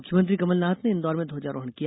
मुख्यमंत्री कमलनाथ ने इंदौर में ध्वजारोहण किया